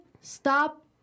stop